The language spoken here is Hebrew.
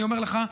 אני אומר לך,